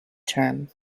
term